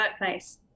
workplace